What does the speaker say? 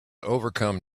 overcome